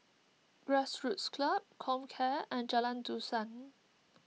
Grassroots Club Comcare and Jalan Dusan